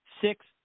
six